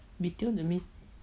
retail that means